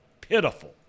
pitiful